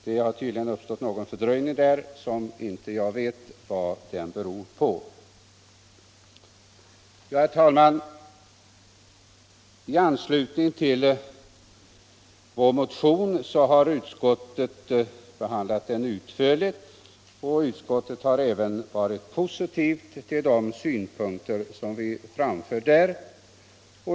Det har tydligen uppstått någon fördröjning som jag inte känner orsaken till. Herr talman! Utskottet har utförligt behandlat vår motion, och utskottet har även varit positivt till de synpunkter som vi framfört.